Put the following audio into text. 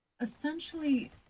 essentially